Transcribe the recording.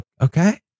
Okay